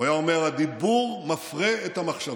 הדיבור מפרה את המחשבה.